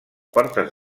portes